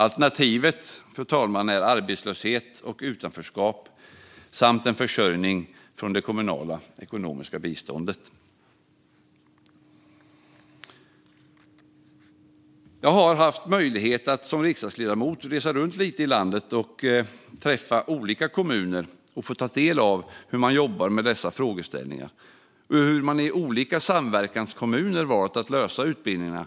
Alternativet, fru talman, är arbetslöshet och utanförskap samt försörjning från det kommunala ekonomiska biståndet. Jag har haft möjlighet att som riksdagsledamot resa runt lite i landet. Jag har träffat olika kommuner och fått ta del av hur man jobbar med dessa frågeställningar och hur man i olika samverkanskommuner har valt att anordna utbildningarna.